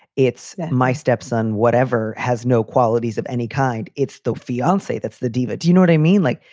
it's my stepson. whatever has no qualities of any kind. it's the fiancee that's the diva. do you know what i mean? like,